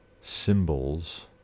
symbols